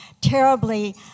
terribly